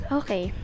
okay